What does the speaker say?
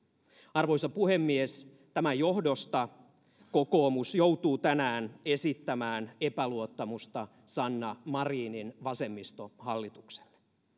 arvoisa puhemies tämän johdosta kokoomus joutuu tänään esittämään epäluottamusta sanna marinin vasemmistohallitukselle